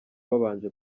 babanje